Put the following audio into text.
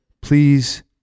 please